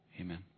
Amen